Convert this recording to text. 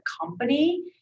company